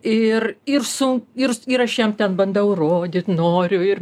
ir ir su ir ir aš jam ten bandau rodyt noriu ir